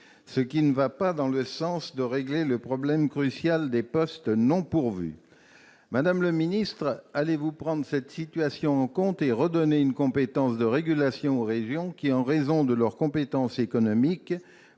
Cela ne va pas contribuer à régler le problème crucial des postes non pourvus. Madame la ministre, allez-vous prendre cette situation en compte et redonner un pouvoir de régulation aux régions, qui, en raison de leur compétence économique,